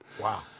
Wow